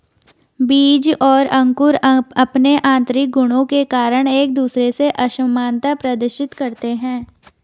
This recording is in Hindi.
बीज और अंकुर अंपने आतंरिक गुणों के कारण एक दूसरे से असामनता प्रदर्शित करते हैं